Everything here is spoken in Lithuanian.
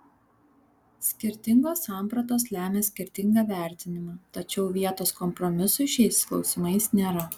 skirtingos sampratos lemia skirtingą vertinimą tačiau vietos kompromisui šiais klausimais nėra